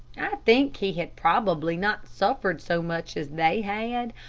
think he had probably not suffered so much as they had,